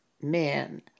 men